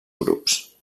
grups